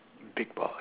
big boss